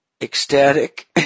ecstatic